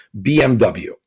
BMW